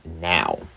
now